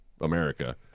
America